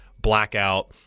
blackout